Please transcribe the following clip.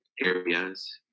areas